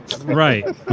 Right